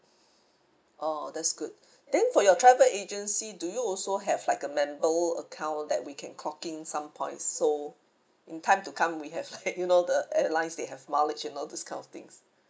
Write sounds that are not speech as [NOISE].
[BREATH] orh that's good [BREATH] then for your travel agency do you also have like a member account that we can clocking some points so in time to come we have like [LAUGHS] you know the airlines they have mileage you know this kind of things